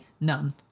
none